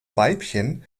weibchen